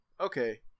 okay